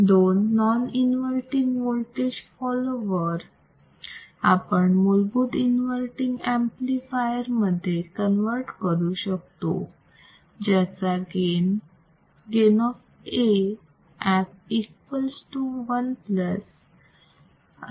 दोन non inverting voltage follower आपण मूलभूत इन्वर्तींग ऍम्प्लिफायर मध्ये कन्वर्ट करू शकतो ज्याचा gain gain of A f equals to 1 plus असेल